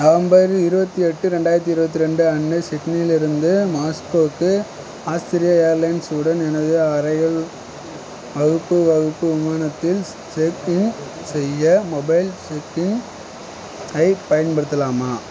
November இருபத்தி எட்டு ரெண்டாயிரத்து இருபத்தி ரெண்டு அன்று சிட்னியிலிருந்து மாஸ்கோவுக்கு ஆஸ்திரிய ஏர்லைன்ஸ் உடன் எனது அறைகள் வகுப்பு வகுப்பு விமானத்தில் செக் இன் செய்ய மொபைல் செக் இன் ஐப் பயன்படுத்தலாமா